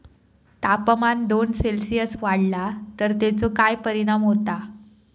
तापमान दोन सेल्सिअस वाढला तर तेचो काय परिणाम होता?